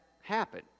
happen